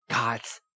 God's